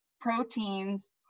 proteins